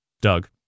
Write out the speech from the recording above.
Doug